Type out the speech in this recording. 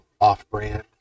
off-brand